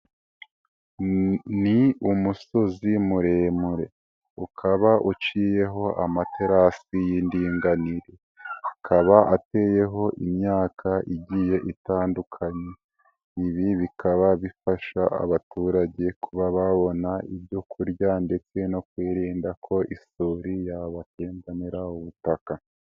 Ni umusozi muremure, ukaba uciyeho amaterasi y'indinganire, akaba ateyeho imyaka igiye itandukanye, ibi bikaba bifasha abaturage kuba babona ibyo kurya ndetse no kwirinda ko isuri yabatembanira ubutaka.